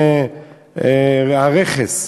הרכס,